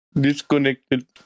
Disconnected